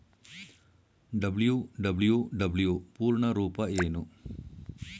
WWW ಪೂರ್ಣ ರೂಪ ಏನು?